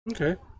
Okay